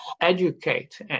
educate